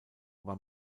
war